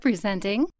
Presenting